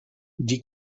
die